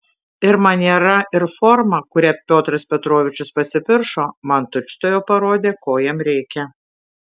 ir maniera ir forma kuria piotras petrovičius pasipiršo man tučtuojau parodė ko jam reikia